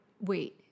wait